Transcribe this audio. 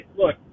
look